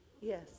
Yes